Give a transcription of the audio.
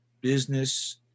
business